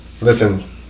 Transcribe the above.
listen